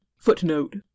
Footnote